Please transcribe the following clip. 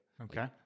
Okay